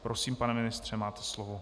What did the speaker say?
Prosím, pane ministře, máte slovo.